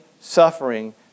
suffering